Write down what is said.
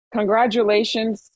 Congratulations